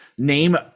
Name